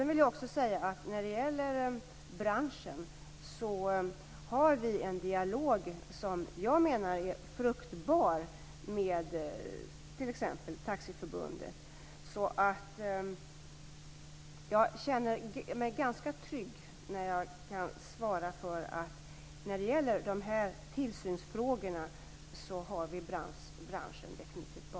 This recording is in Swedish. Vi för en dialog som jag menar är fruktbar med t.ex. Taxiförbundet. Jag känner mig ganska trygg när jag svarar att vi definitivt har branschen bakom oss när det gäller tillsynsfrågorna.